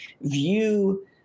view